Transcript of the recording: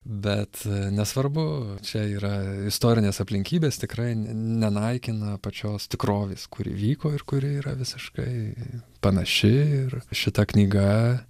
bet nesvarbu čia yra istorinės aplinkybės tikrai nenaikina pačios tikrovės kuri vyko ir kuri yra visiškai panaši ir šita knyga